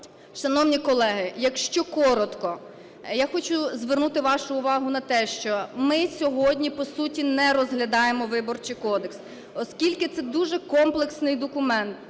Шановні колеги, якщо коротко. Я хочу звернути вашу увагу на те, що ми сьогодні, по суті, не розглядаємо Виборчий кодекс, оскільки це дуже комплексний документ.